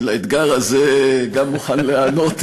גם לאתגר הזה מוכן להיענות,